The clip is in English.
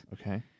Okay